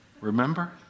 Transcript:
Remember